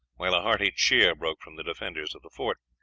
while a hearty cheer broke from the defenders of the fort.